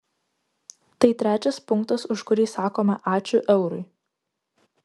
tai trečias punktas už kurį sakome ačiū eurui